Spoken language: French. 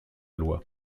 loi